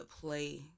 play